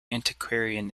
antiquarian